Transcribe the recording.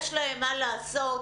יש להם מה לעשות.